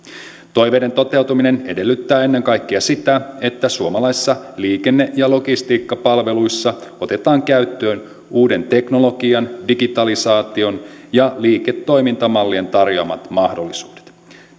toiveiden toteutuminen edellyttää ennen kaikkea sitä että suomalaisissa liikenne ja logistiikkapalveluissa otetaan käyttöön uuden teknologian digitalisaation ja liiketoimintamallien tarjoamat mahdollisuudet